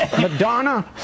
Madonna